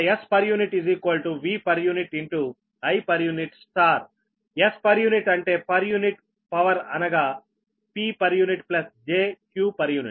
కనుక Spu Vpu IpuSpu అంటే per unit power అనగా Ppu jQpu